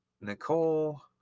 Nicole